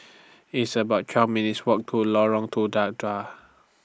It's about twelve minutes' Walk to Lorong Tuda Dua